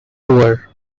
poor